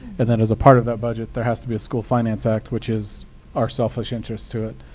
and then, as a part of that budget, there has to be a school finance act, which is our selfish interest to it.